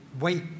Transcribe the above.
wait